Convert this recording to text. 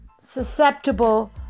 susceptible